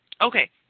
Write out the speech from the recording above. Okay